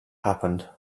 happened